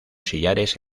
sillares